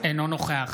אינו נוכח